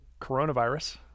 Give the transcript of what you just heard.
coronavirus